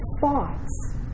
thoughts